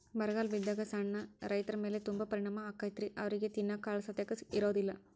ಬರಗಾಲ ಬಿದ್ದಾಗ ಸಣ್ಣ ರೈತರಮೇಲೆ ತುಂಬಾ ಪರಿಣಾಮ ಅಕೈತಿ ಅವ್ರಿಗೆ ತಿನ್ನಾಕ ಕಾಳಸತೆಕ ಇರುದಿಲ್ಲಾ